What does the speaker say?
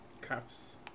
cuffs